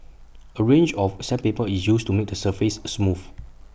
A range of sandpaper is used to make the surface smooth